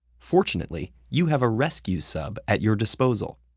fortunately, you have a rescue sub at your disposal,